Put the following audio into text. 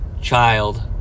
child